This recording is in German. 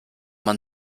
man